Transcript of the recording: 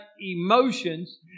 emotions